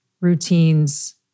routines